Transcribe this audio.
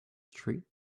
street